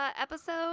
episode